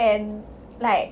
and like